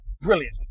brilliant